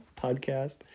podcast